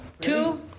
Two